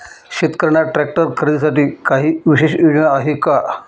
शेतकऱ्यांना ट्रॅक्टर खरीदीसाठी काही विशेष योजना आहे का?